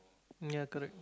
ya correct